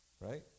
Right